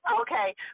Okay